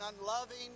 unloving